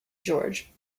george